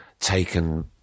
taken